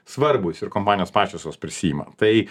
svarbūs ir kompanijos pačios jos prisiima tai